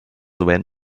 ran